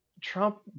Trump